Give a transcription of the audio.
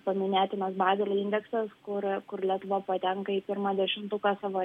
paminėtinas babelio indeksas kur kur lietuva patenka į pirmą dešimtuką savo